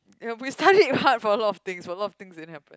ya we studied what for a lot of things but a lot of things didn't